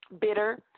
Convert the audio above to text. bitter